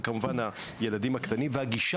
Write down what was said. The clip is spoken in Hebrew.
וכמובן הילדים הקטנים והגישה,